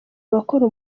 bakora